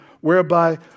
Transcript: whereby